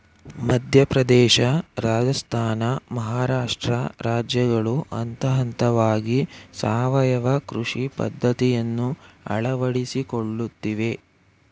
ಮಧ್ಯಪ್ರದೇಶ, ರಾಜಸ್ಥಾನ, ಮಹಾರಾಷ್ಟ್ರ ರಾಜ್ಯಗಳು ಹಂತಹಂತವಾಗಿ ಸಾವಯವ ಕೃಷಿ ಪದ್ಧತಿಯನ್ನು ಅಳವಡಿಸಿಕೊಳ್ಳುತ್ತಿವೆ